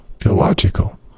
illogical